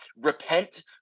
repent